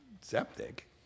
septic